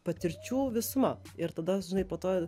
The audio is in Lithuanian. patirčių visuma ir tada žinai po to